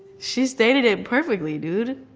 she stated it perfectly, dude.